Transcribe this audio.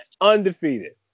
undefeated